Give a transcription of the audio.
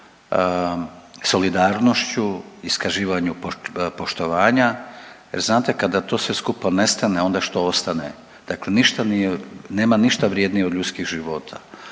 solidarnošću, iskazivanju poštovanja, jer znate kada to sve skupa nestane, onda što ostane? Dakle ništa nije, nema ništa vrjednije od ljudskih života,